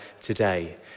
today